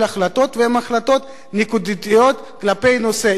החלטות שהן החלטות נקודתיות כלפי נושא,